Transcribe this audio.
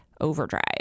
overdrive